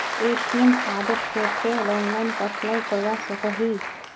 ATM कार्डेर केते online apply करवा सकोहो ही?